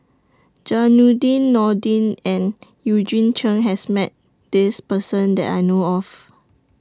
Zainudin Nordin and Eugene Chen has Met This Person that I know of